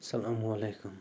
السلام علیکُم